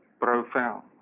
Profound